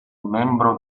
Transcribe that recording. membro